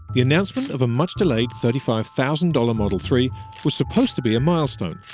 the announcement of a much delayed thirty five thousand dollars model three was supposed to be a milestone,